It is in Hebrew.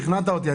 שכנעת אותי,